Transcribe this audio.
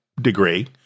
degree